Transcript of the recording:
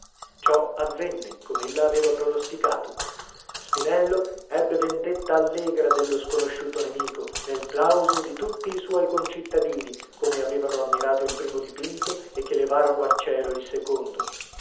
così avvenne com'ella aveva pronosticato spinello ebbe vendetta allegra dello sconosciuto nemico nel plauso di tutti i suoi concittadini che avevano ammirato il primo dipinto e che levarono a cielo il secondo